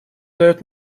дает